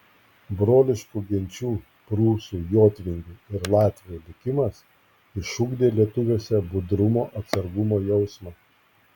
broliškų genčių prūsų jotvingių ir latvių likimas išugdė lietuviuose budrumo atsargumo jausmą